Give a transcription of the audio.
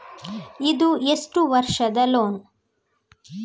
ಇದು ಎಷ್ಟು ವರ್ಷದ ಲೋನ್?